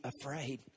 afraid